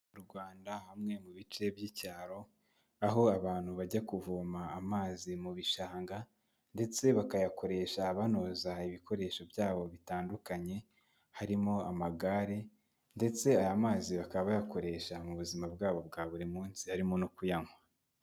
Mu Rwanda hamwe mu bice by'icyaro, aho abantu bajya kuvoma amazi mu bishanga ndetse bakayakoresha banoza ibikoresho byabo bitandukanye, harimo amagare ndetse aya mazi bakaba bayakoresha mu buzima bwabo bwa buri munsi harimo no kuyanywa.